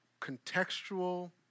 contextual